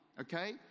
okay